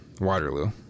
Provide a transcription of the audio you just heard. Waterloo